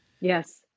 Yes